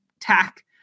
tack